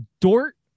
Dort